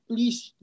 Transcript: Please